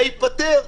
זה ייפתר.